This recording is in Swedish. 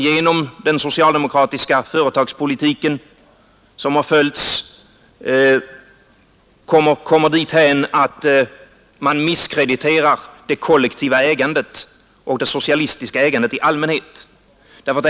Genom den socialdemokratiska företagspolitik som har förts kommer man dithän att man misskrediterar det kollektiva ägandet och det socialistiska ägandet i allmänhet.